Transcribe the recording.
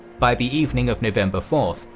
by the evening of november fourth,